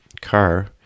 car